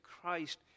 Christ